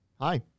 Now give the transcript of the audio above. Hi